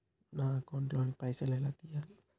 నా అకౌంట్ ల పైసల్ ఎలా తీయాలి?